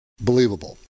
believable